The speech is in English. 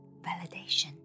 validation